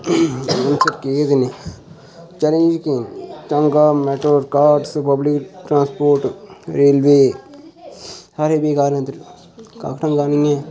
challenge केह् न challenge केह् न टांगा matador cars public transport railway सारे बेकार न इद्धर कक्ख ढंगां दा निं ऐ